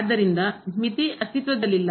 ಆದ್ದರಿಂದ ಮಿತಿ ಅಸ್ತಿತ್ವದಲ್ಲಿಲ್ಲ